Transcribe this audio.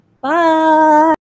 Bye